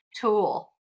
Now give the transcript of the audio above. tool